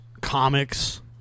comics